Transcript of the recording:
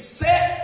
set